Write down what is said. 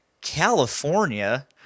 California